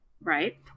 Right